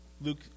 Luke